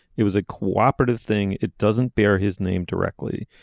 it was a cooperative thing. it doesn't bear his name directly.